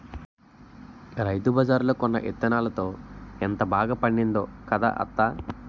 రైతుబజార్లో కొన్న యిత్తనాలతో ఎంత బాగా పండిందో కదా అత్తా?